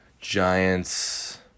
Giants